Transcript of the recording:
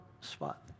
spot